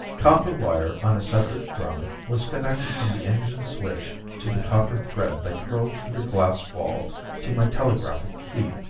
copper wire, on a separate drum, was connected from the engine switch to the copper thread that curled through the glass wall to my telegraphic key.